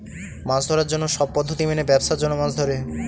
মাছ ধরার জন্য সব পদ্ধতি মেনে ব্যাবসার জন্য মাছ ধরে